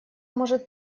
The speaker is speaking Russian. может